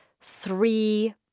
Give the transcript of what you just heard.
three